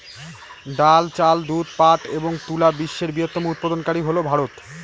ডাল, চাল, দুধ, পাট এবং তুলা বিশ্বের বৃহত্তম উৎপাদনকারী হল ভারত